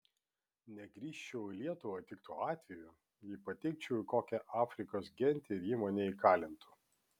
negrįžčiau į lietuvą tik tuo atveju jei patekčiau į kokią afrikos gentį ir ji mane įkalintų